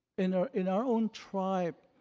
in our in our own tribe,